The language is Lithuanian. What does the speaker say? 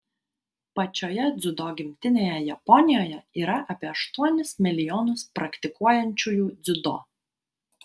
pačioje dziudo gimtinėje japonijoje yra apie aštuonis milijonus praktikuojančiųjų dziudo